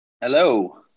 Hello